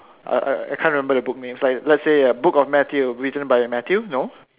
err I can't remember the book names let's say the book of Matthew written by Matthew no